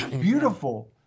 Beautiful